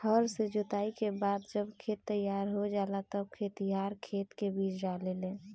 हर से जोताई के बाद जब खेत तईयार हो जाला तब खेतिहर खेते मे बीज डाले लेन